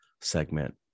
segment